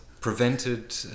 Prevented